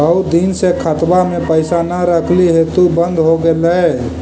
बहुत दिन से खतबा में पैसा न रखली हेतू बन्द हो गेलैय?